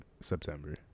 September